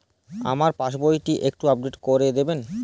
আমার পাসবই টি একটু আপডেট করে দেবেন?